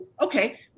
Okay